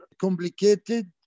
complicated